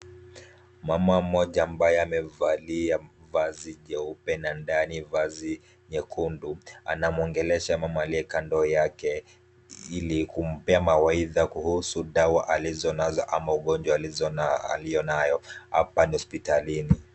Mama mmoja ambaye amevalia vazi jeupe na ndani vazi nyekundu, anamuongelesha mama aliye kando yake ili kumpea mawaidha kuhusu dawa alizo nazo au aliyo nayo, hapa ni hospitalini.